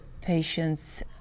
patients